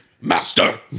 Master